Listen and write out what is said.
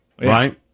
Right